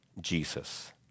Jesus